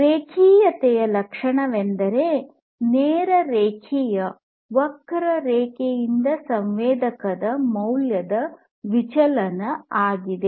ರೇಖೀಯತೆಯ ಲಕ್ಷಣವೆಂದರೆ ನೇರ ರೇಖೆಯ ವಕ್ರರೇಖೆಯಿಂದ ಸಂವೇದಕದ ಮೌಲ್ಯದ ವಿಚಲನ ಆಗಿದೆ